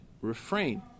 refrain